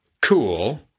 Cool